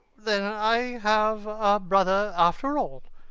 then i have a brother after all.